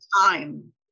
time